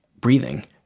breathing